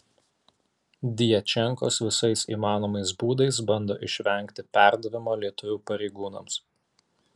djačenkos visais įmanomais būdais bando išvengti perdavimo lietuvių pareigūnams